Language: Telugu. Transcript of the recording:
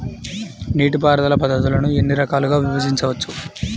నీటిపారుదల పద్ధతులను ఎన్ని రకాలుగా విభజించవచ్చు?